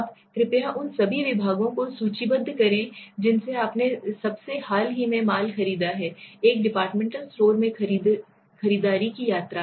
अब कृपया उन सभी विभागों को सूचीबद्ध करें जिनसे आपने सबसे हाल ही में माल खरीदा है एक डिपार्टमेंटल स्टोर में खरीदारी की यात्रा